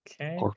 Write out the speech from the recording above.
Okay